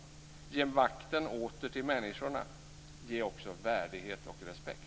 Ge makten åter till människorna. Ge också värdighet och respekt.